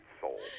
soul